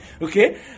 Okay